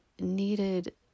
needed